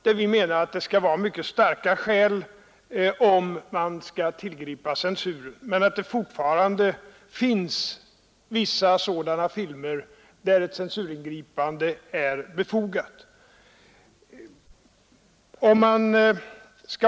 Vi har menat att det skall vara mycket starka skäl om man skall tillgripa censur men att det fortfarande finns vissa filmer där ett censuringripande är befogat.